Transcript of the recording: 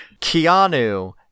Keanu